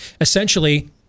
Essentially